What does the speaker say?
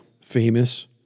famous